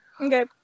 Okay